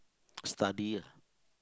study